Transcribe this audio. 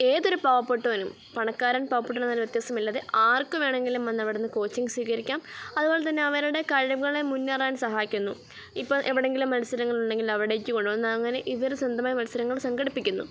ഏതൊരു പാവപ്പെട്ടവനും പണക്കാരൻ പാവപ്പെട്ടവൻ എന്നൊരു വ്യത്യാസമില്ലാതെ ആർക്കു വേണെങ്കിലും വന്നവിടുന്ന് കോച്ചിങ് സ്വീകരിക്കാം അതുപോലെതന്നെ അവരുടെ കഴിവുകളെ മുന്നേറാൻ സഹായിക്കുന്നു ഇപ്പോള് എവിടെയെങ്കിലും മത്സരങ്ങളുണ്ടെങ്കിൽ അവിടേക്കു കൊണ്ടുവന്ന് അങ്ങനെ ഇവര് സ്വന്തമായി മത്സരങ്ങൾ സംഘടിപ്പിക്കുന്നു